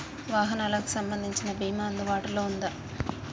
వాహనాలకు సంబంధించిన బీమా అందుబాటులో ఉందా?